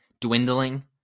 dwindling